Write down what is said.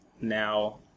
now